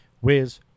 Wiz